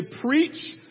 preach